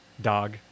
dog